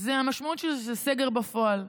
המשמעות של זה היא סגר בפועל.